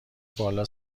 بالا